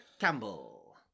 Campbell